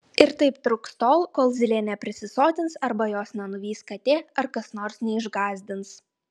ir taip truks tol kol zylė neprisisotins arba jos nenuvys katė ar kas nors neišgąsdins